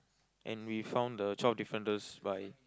and we found the twelve differences by